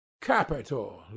Capital